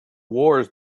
wars